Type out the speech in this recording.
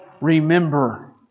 remember